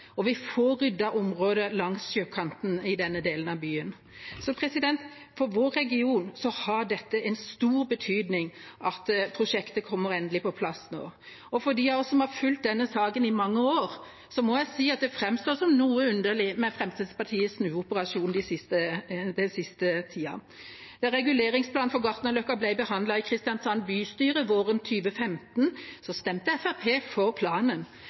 Og vi får ryddet området langs sjøkanten i denne delen av byen. For vår region har det stor betydning at prosjektet kommer endelig på plass nå. Og for de av oss som har fulgt denne saken i mange år, må jeg si at det framstår som noe underlig med Fremskrittspartiets snuoperasjon den siste tida. Da reguleringsplanen for Gartnerløkka ble behandlet i Kristiansand bystyre våren 2015, stemte Fremskrittspartiet for planen.